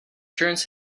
turns